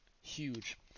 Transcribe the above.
huge